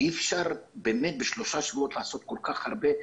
אי-אפשר באמת בשלושה שבועות לעשות כל כך הרבה.